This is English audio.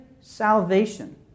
salvation